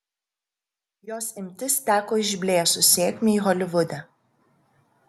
jos imtis teko išblėsus sėkmei holivude